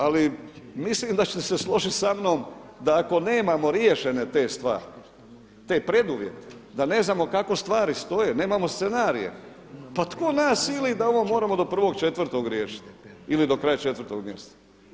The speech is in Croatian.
Ali mislim da ćete se složiti sa mnom da ako nemamo riješene te stvari, te preduvjete, da ne znamo kako stvari stoje, nemamo scenarije pa tko nas sili da ovo moramo do 1.4. riješiti ili do kraja 4. mjeseca.